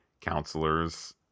counselors